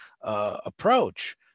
approach